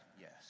yes